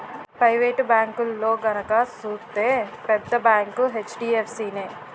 private బేంకుల్లో గనక సూత్తే పెద్ద బేంకు హెచ్.డి.ఎఫ్.సి నే